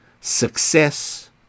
success